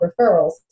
referrals